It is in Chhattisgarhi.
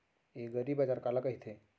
एगरीबाजार काला कहिथे?